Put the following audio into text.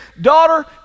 daughter